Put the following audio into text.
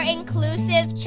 Inclusive